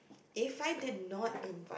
if I did not